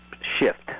shift